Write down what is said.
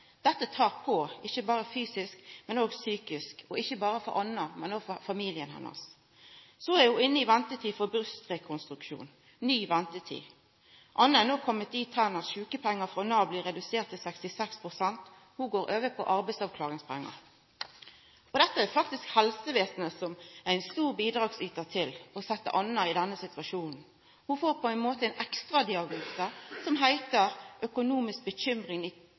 Dette tok på, ikkje berre fysisk, men òg psykisk – ikkje berre for Anna, men òg for familien hennar. Så blei det ventetid for brystrekonstruksjon – ny ventetid. Anna er no komen dit at sjukepengane frå Nav er blitt reduserte til 66 pst, og ho har gått over på arbeidsavklaringspengar. Det er faktisk helsevesenet som er ein stor hjelpar i å setja Anna i denne situasjonen. Ho får på ein måte ein ekstradiagnose som heiter økonomisk bekymring, som i